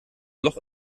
loch